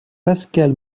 pascal